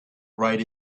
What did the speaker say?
write